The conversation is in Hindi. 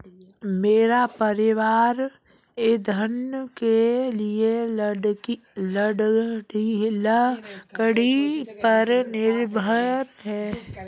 मेरा परिवार ईंधन के लिए लकड़ी पर निर्भर है